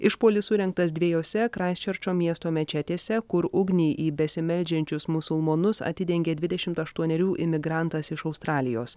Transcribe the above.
išpuolis surengtas dviejose kraisčerčo miesto mečetėse kur ugnį į besimeldžiančius musulmonus atidengė dvidešimt aštuonerių imigrantas iš australijos